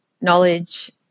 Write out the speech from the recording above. knowledge